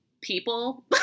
people